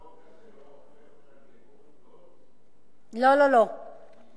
האם החוק הזה לא הופך, לא, לא, לא.